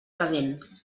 present